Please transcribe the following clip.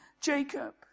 Jacob